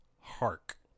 Hark